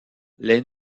les